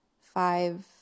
five